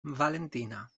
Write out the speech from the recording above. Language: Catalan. valentina